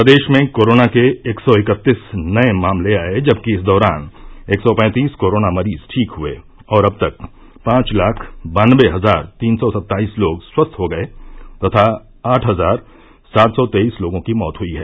प्रदेश में कोरोना के एक सौ इकत्तीस नये मामले आये जबकि इस दौरान एक सौ पैंतीस कोरोना मरीज ठीक हुए और अब तक पांच लाख बान्नवे हजार तीन सौ सत्ताईस लोग स्वस्थ्य हो गये तथा आठ हजार सात सौ तेईस लोगों की मौत हुई हैं